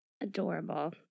Adorable